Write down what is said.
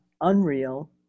unreal